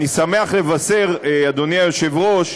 אני שמח לבשר, אדוני היושב-ראש,